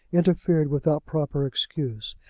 interfered without proper excuse,